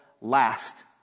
last